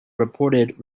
reported